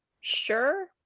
Sure